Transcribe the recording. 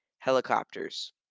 helicopters